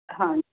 ਹਾਂ